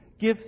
Give